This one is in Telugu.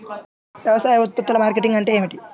వ్యవసాయ ఉత్పత్తుల మార్కెటింగ్ అంటే ఏమిటి?